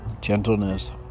gentleness